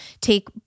take